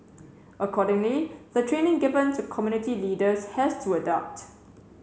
accordingly the training given to community leaders has to adapt